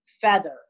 feather